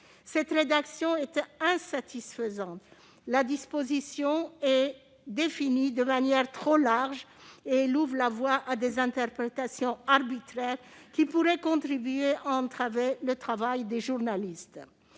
Cette rédaction est insatisfaisante. La disposition est définie de manière trop large et ouvre la voie à des interprétations arbitraires, qui pourraient contribuer à entraver le travail des journalistes.